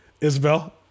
Isabel